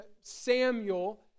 Samuel